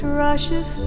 rushes